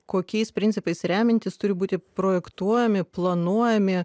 kokiais principais remiantis turi būti projektuojami planuojami